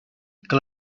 que